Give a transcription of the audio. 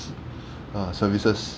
err services